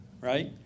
right